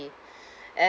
an~